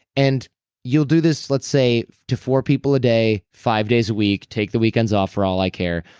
and you'll do this, let's say, to four people a day, five days a week take the weekends off for all i care.